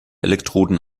elektroden